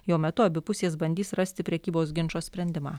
jo metu abi pusės bandys rasti prekybos ginčo sprendimą